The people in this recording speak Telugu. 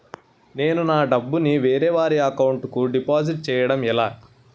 నేను నా డబ్బు ని వేరే వారి అకౌంట్ కు డిపాజిట్చే యడం ఎలా?